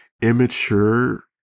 immature